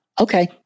Okay